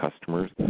customers